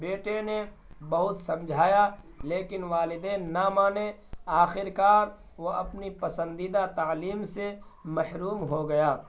بیٹے نے بہت سمجھایا لیکن والدین نہ مانے آخرکار وہ اپنی پسندیدہ تعلیم سے محروم ہو گیا